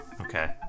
Okay